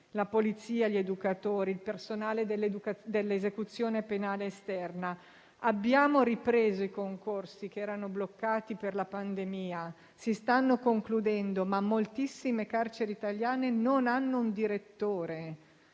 (la Polizia, gli educatori, il personale dell'esecuzione penale esterna). Abbiamo ripreso i concorsi che erano bloccati per la pandemia; si stanno concludendo, ma moltissime carceri italiane non hanno un direttore,